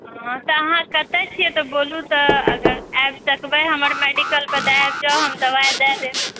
हाँ तऽ अहाँ कतऽ छिऐ तऽ बोलू तऽ अगर आबि सकबै हमर मेडिकल पर तऽ आबि जाउ हम दबाइ दए देब